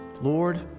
Lord